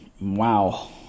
wow